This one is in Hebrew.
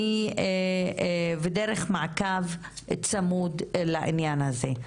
ודרך מעקב צמוד לעניין הזה.